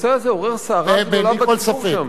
הנושא הזה עורר סערה גדולה בציבור שם.